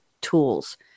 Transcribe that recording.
tools